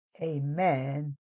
Amen